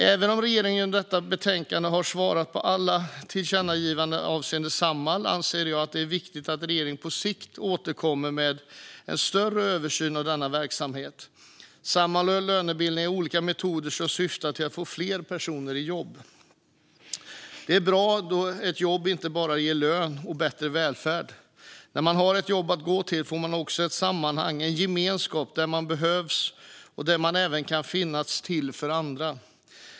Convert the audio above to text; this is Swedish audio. Även om regeringen genom detta betänkande har svarat på alla tillkännagivanden avseende Samhall anser jag att det är viktigt att regeringen på sikt återkommer med en större översyn av denna verksamhet. Samhall och lönebidrag är olika metoder som syftar till att få fler personer i jobb. Detta är bra då ett jobb inte bara ger lön och bättre välfärd. När man har ett jobb att gå till får man också ett sammanhang, en gemenskap där man behövs och där man även kan finnas till för andra.